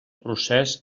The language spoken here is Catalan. procés